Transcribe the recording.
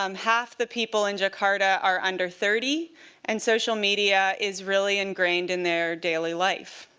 um half the people in jakarta are under thirty and social media is really ingrained in their daily life.